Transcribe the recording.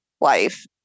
life